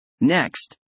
Next